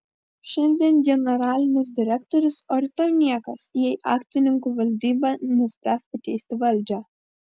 šiandien generalinis direktorius o rytoj niekas jei akcininkų valdyba nuspręs pakeisti valdžią